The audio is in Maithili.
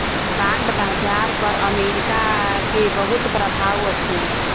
बांड बाजार पर अमेरिका के बहुत प्रभाव अछि